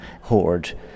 Hoard